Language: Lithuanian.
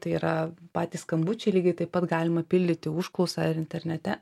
tai yra patys skambučiai lygiai taip pat galima pildyti užklausą ir internete